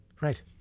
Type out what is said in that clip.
Right